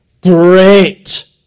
great